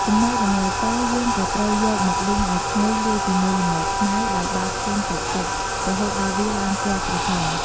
ចំណែក ល្ងសយើងក៏ត្រូវយកមកលីងឱ្យឈ្ងុយលាយជាមួយល្ងខ្មៅដោយបើកភ្លើងតិចៗ រហូតដល់វាឡើងពណ៍ក្រហម។